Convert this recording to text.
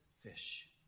fish